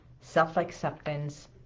self-acceptance